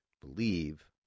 believe